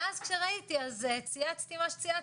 ואז כשראיתי אז צייצתי מה שצייצתי,